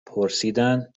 پرسیدند